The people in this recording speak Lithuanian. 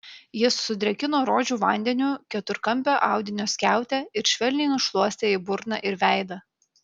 jis sudrėkino rožių vandeniu keturkampę audinio skiautę ir švelniai nušluostė jai burną ir veidą